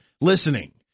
listening